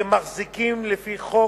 מחזיקים לפי חוק.